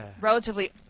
relatively